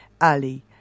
Ali